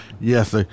Yes